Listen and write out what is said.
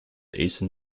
eastern